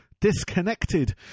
Disconnected